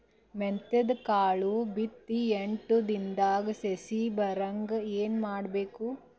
ಮೆಂತ್ಯದ ಕಾಳು ಬಿತ್ತಿ ಎಂಟು ದಿನದಾಗ ಸಸಿ ಬರಹಂಗ ಏನ ಮಾಡಬೇಕು?